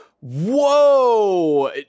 Whoa